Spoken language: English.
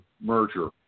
merger